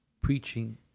preaching